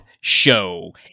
show